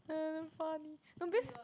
damn funny no because